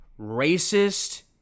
racist